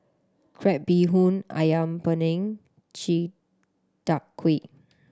crab bee hoon Ayam Panggang chi tak kuih